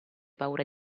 paura